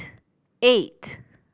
eight